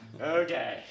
Okay